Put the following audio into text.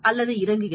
அல்லது இருக்கிறதா